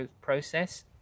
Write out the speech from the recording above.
process